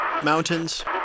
Mountains